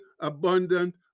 abundant